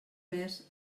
més